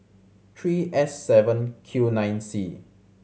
three S seven Q nine C